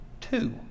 Two